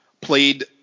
played